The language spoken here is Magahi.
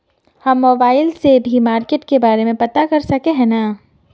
हम मोबाईल से भी मार्केट के बारे में पता कर सके है नय?